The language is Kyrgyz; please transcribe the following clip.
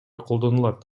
колдонулат